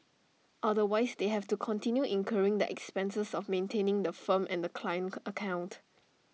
otherwise they have to continue incurring the expenses of maintaining the firm and the client account